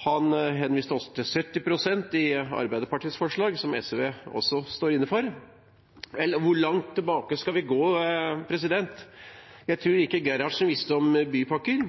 Han henviste også til 70 pst., i Arbeiderpartiet og Sosialistisk Venstrepartis forslag. Hvor langt tilbake skal vi gå? Jeg tror ikke Gerhardsen visste om bypakker.